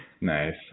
Nice